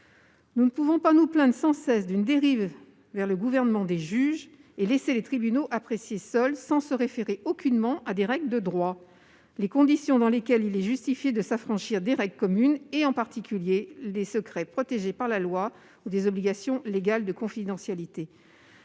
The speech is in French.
Nous ne pouvons pas nous plaindre sans cesse d'une dérive vers le gouvernement des juges et laisser les tribunaux apprécier seuls, sans se référer aucunement à des règles de droit, les conditions dans lesquelles il est justifié de s'affranchir des règles communes, en particulier des secrets protégés par la loi ou des obligations légales de confidentialité.